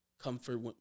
comfort